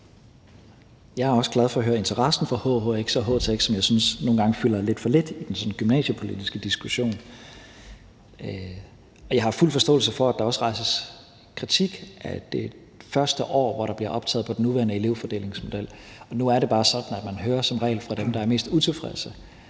Jeg er også glad for at høre interessen for hhx og htx, som jeg synes nogle gange fylder lidt for lidt i den sådan gymnasiepolitiske diskussion. Jeg har fuld forståelse for, at der også rejses kritik af det første år, hvor der bliver optaget på den nuværende elevfordelingsmodel, men nu er det bare sådan, at man som regel hører fra dem, der er mest utilfredse.